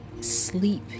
sleep